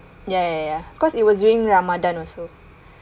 ya ya ya ya cause it was during ramadan also